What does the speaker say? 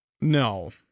No